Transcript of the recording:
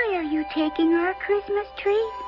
are you taking our christmas tree?